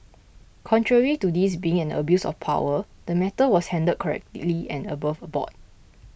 contrary to this being an abuse of power the matter was handled correctly and above board